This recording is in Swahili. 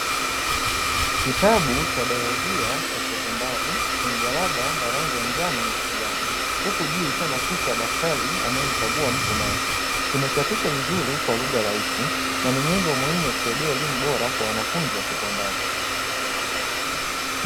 Kitabu cha bailojia cha sekondari, chenye jalada la rangi ya njano na kijani, huku juu ikiwa na picha ya daktari anayemkagua mtu macho. Kimechapishwa vizuri kwa lugha rahisi na ni nyenzo muhimu ya kusaidia elimu bora kwa wanafunzi wa sekondari.